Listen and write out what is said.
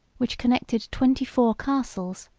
which connected twenty-four castles,